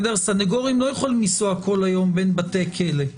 סנגורים לא יכולים לנסוע כל היום בין בתי כלא.